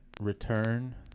return